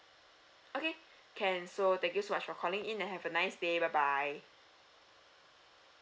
okay can so thank you so much for calling in and have a nice day bye bye